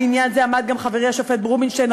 על עניין זה עמד גם חברי השופט רובינשטיין